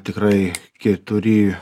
tikrai keturi